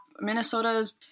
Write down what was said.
Minnesota's